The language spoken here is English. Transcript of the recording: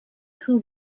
who